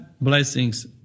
blessings